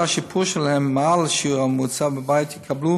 השיפור שלהן הוא מעל שיעור הממוצע בבית יקבלו